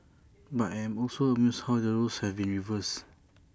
but I am also amused how the roles have been reversed